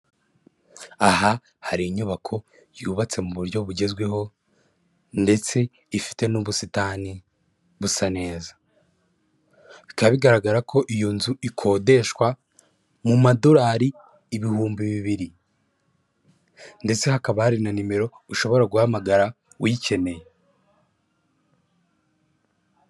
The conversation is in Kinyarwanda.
Aha hari inyubako yubatse mu buryo bugezweho ndetse ifite n'ubusitani busa neza, bikaba bigaragara ko iyo nzu ikodeshwa mu madorari ibihumbi bibiri ndetse hakaba hari na nimero ushobora guhamagara uyikeneye.